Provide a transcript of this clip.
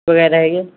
ਹੈਗੇ